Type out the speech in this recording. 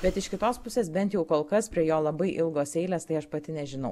bet iš kitos pusės bent jau kol kas prie jo labai ilgos eilės tai aš pati nežinau